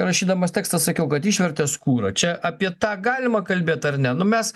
rašydamas tekstą sakiau kad išvertė skūrą čia apie tą galima kalbėt ar ne nu mes